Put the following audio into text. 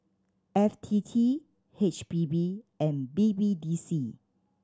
F T T H P B and B B D C